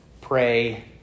pray